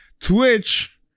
Twitch